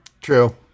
True